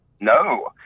No